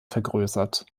vergrößert